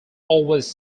always